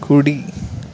కుడి